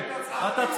זה מודל,